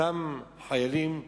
אותם חיילים,